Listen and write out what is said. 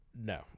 No